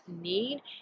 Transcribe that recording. need